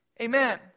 Amen